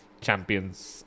champions